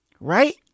Right